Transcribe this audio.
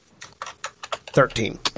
Thirteen